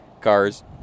cars